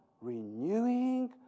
renewing